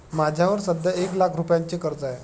माझ्यावर सध्या एक लाख रुपयांचे कर्ज आहे